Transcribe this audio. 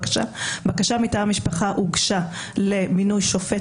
בקשה מטעם המשפחה הוגשה למינוי שופט